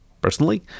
Personally